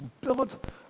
build